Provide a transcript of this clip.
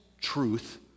truth